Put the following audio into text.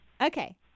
Okay